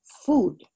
food